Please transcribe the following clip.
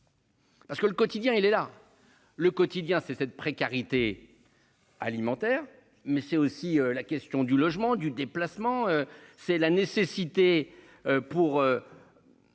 Parce que le quotidien, il est là. Le quotidien c'est cette précarité. Alimentaire mais c'est aussi la question du logement du déplacement. C'est la nécessité pour.